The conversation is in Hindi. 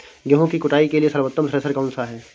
गेहूँ की कुटाई के लिए सर्वोत्तम थ्रेसर कौनसा है?